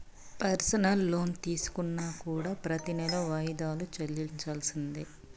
personal loan తీసుకున్నా కూడా ప్రెతి నెలా వాయిదాలు చెల్లించాల్సిందే